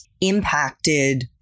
impacted